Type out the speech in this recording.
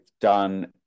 done